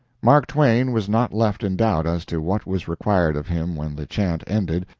mark twain was not left in doubt as to what was required of him when the chant ended.